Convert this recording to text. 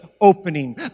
opening